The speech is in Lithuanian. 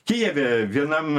kijeve vienam